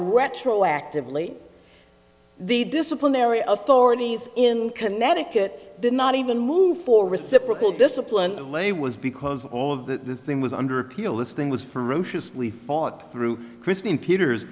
retroactively the disciplinary authorities in connecticut did not even move for reciprocal discipline lay was because all of that this thing was under appeal this thing was ferociously fought through christine peters